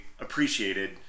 appreciated